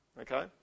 okay